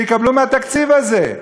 שיקבלו מהתקציב הזה.